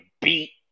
beat